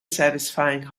satisfying